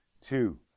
two